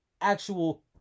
actual